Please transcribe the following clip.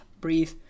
breathe